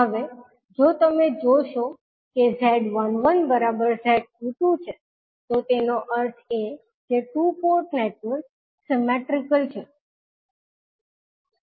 હવે જો તમે જોશો કે 𝐳11 𝐳22 છે તો તેનો અર્થ એ કે ટુ પોર્ટ નેટવર્ક સિમેટ્રીકલ છે